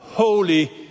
Holy